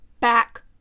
back